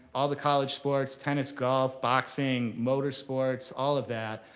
all the college sports, tennis, golf, boxing, motor sports, all of that.